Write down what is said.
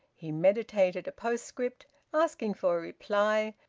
he meditated a postscript asking for a reply,